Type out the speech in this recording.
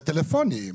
זה טלפוני,